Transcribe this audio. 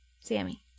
Sammy